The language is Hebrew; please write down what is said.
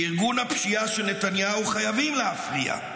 לארגון הפשיעה של נתניהו חייבים להפריע.